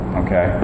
okay